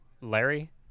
Larry